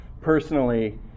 personally